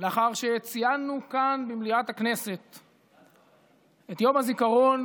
לאחר שציינו כאן במליאת הכנסת את יום הזיכרון